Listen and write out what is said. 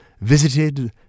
visited